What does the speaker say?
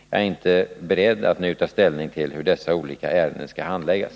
Jag är inte beredd att nu ta ställning till hur dessa olika ärenden skall handläggas.